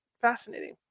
Fascinating